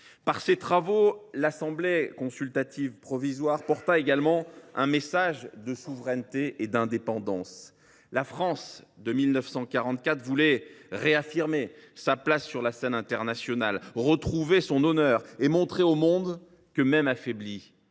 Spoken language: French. Par ses travaux, l’Assemblée consultative provisoire porta également un message de souveraineté et d’indépendance. La France de 1944 voulait réaffirmer sa place sur la scène internationale, retrouver son honneur et montrer au monde que, même affaiblie,